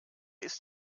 ist